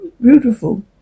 beautiful